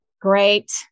great